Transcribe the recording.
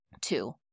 Two